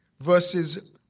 verses